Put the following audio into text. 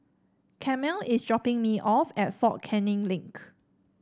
Carmel is dropping me off at Fort Canning Link